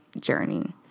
journey